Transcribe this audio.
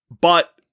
But-